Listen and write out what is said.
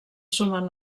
sumen